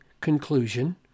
conclusion